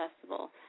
Festival